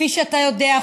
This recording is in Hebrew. כפי שאתה יודע,